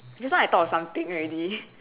just now I thought of something already